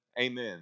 amen